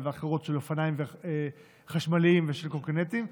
ואחרות של אופניים חשמליים ושל קורקינטים,